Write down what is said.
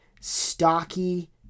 stocky